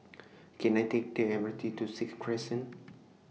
Can I Take The M R T to Sixth Crescent